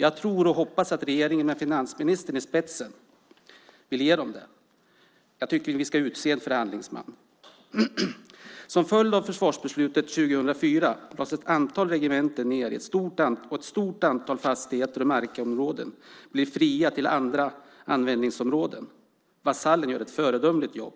Jag tror och hoppas att regeringen med finansministern i spetsen vill ge den det. Jag tycker att vi ska utse en förhandlingsman. Som en följd av försvarsbeslutet 2004 lades ett antal regementen ned och ett stort antal fastigheter och markområden blev fria till andra användningsområden. Vasallen gör ett föredömligt jobb